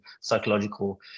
psychological